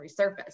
resurface